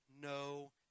no